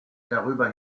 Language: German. darüber